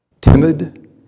timid